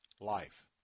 life